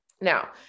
Now